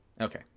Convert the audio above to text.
Okay